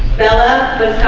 bella